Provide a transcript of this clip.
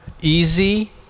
easy